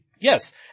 Yes